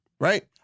Right